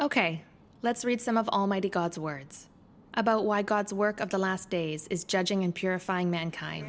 ok let's read some of almighty god's words about why god's work of the last days is judging and purifying mankind